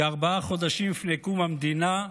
כארבעה חודשים לפני קום המדינה.